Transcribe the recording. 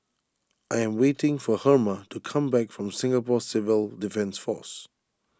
I am waiting for Herma to come back from Singapore Civil Defence force